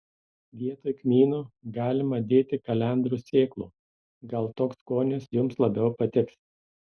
vietoj kmynų galima dėti kalendrų sėklų gal toks skonis jums labiau patiks